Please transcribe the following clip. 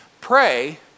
Pray